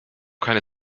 keine